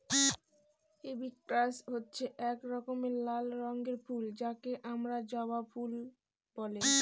hibiscus হচ্ছে এক রকমের লাল রঙের ফুল যাকে আমরা জবা ফুল বলে